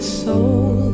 soul